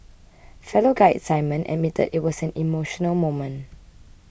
fellow guide Simon admitted it was an emotional moment